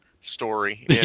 story